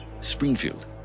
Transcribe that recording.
Springfield